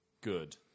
good